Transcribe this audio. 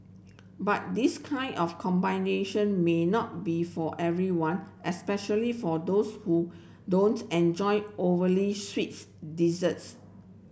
but this kind of combination may not be for everyone especially for those who don't enjoy overly sweets desserts